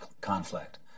conflict